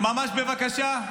ממש בבקשה?